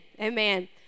Amen